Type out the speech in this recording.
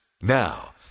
now